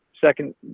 second